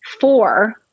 four